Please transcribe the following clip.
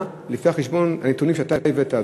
לפי הנתונים שאתה הבאת,